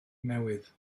newydd